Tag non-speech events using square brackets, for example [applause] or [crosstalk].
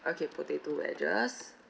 okay potato wedges [breath]